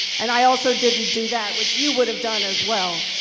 and i also didn't do that, which you would have done as well.